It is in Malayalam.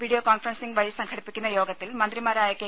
വിഡിയോ കോൺഫറൻസിംഗ് വഴി സംഘടിപ്പിക്കുന്ന യോഗത്തിൽ മന്ത്രിമാരായ കെ